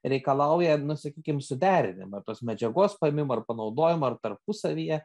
reikalauja nu sakykim suderinimo tos medžiagos paėmimo ir panaudojimo ar tarpusavyje